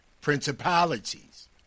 principalities